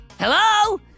Hello